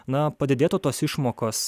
na padidėtų tos išmokos